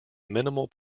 minimal